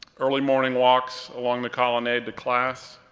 early morning walks along the colonnade to class,